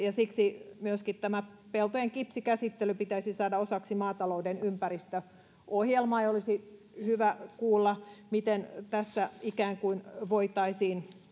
ja siksi myöskin tämä peltojen kipsikäsittely pitäisi saada osaksi maatalouden ympäristöohjelmaa ja olisi hyvä kuulla miten tässä ikään kuin voitaisiin